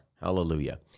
Hallelujah